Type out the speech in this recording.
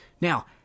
Now